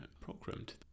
programmed